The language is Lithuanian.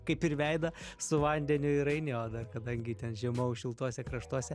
kaip ir veidą su vandeniu ir eini o dar kadangi ten žiemojau šiltuose kraštuose